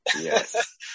yes